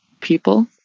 people